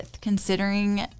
considering